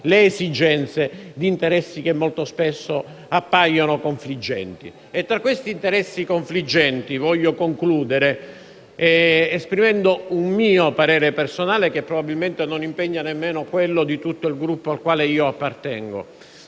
le esigenze di interessi che molto spesso appaiono confliggenti. A questo proposito, vorrei concludere esprimendo un mio parere personale che probabilmente non impegna neanche tutto il Gruppo al quale appartengo: